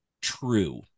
true